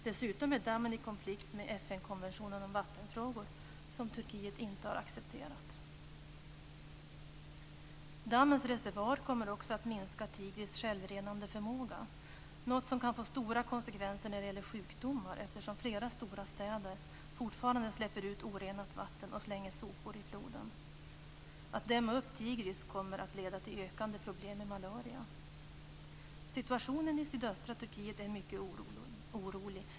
Dessutom är dammen i konflikt med FN-konventionen om vattenfrågor som Turkiet inte har accepterat. Dammens reservoar kommer också att minska Tigris självrenande förmåga, något som kan få stora konsekvenser när det gäller sjukdomar eftersom flera stora städer fortfarande släpper ut orenat vatten och slänger sopor i floden. En uppdämning av Tigris kommer att leda till ökade problem med malaria. Situationen i sydöstra Turkiet är mycket orolig.